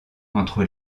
entre